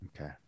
Okay